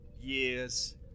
years